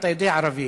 אתה יודע ערבית,